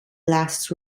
last